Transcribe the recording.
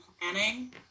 planning